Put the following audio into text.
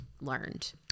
learned